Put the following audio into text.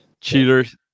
Cheaters